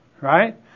right